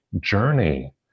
journey